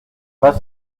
pas